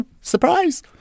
Surprise